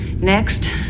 Next